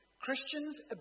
Christians